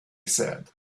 said